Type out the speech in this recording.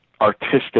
artistic